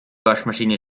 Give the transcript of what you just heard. waschmaschine